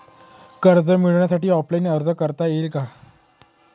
कर्ज मिळण्यासाठी ऑफलाईन अर्ज करता येईल का?